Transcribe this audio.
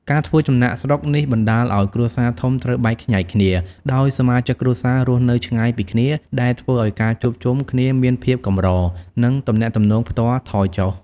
ការធ្វើចំណាកស្រុកនេះបណ្ដាលឱ្យគ្រួសារធំត្រូវបែកខ្ញែកគ្នា ដោយសមាជិកគ្រួសាររស់នៅឆ្ងាយពីគ្នា ដែលធ្វើឱ្យការជួបជុំគ្នាមានភាពកម្រ និងទំនាក់ទំនងផ្ទាល់ថយចុះ។